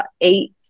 eight